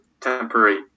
temporary